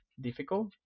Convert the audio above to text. difficult